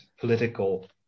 political